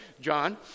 John